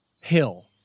hill